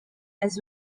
his